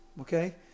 okay